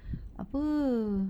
apa